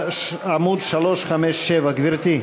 עמוד 357. גברתי?